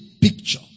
picture